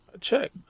Check